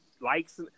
likes